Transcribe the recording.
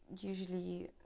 usually